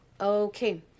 Okay